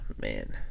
man